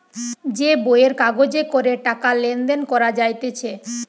যে বইয়ের কাগজে করে টাকা লেনদেন করা যাইতেছে